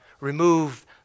Remove